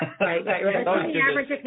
right